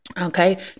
Okay